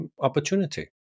opportunity